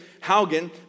Haugen